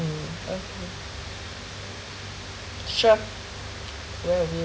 mm okay sure where are we